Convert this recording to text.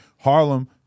Harlem